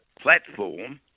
platform